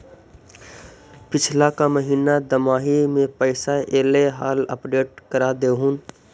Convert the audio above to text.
पिछला का महिना दमाहि में पैसा ऐले हाल अपडेट कर देहुन?